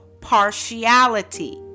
partiality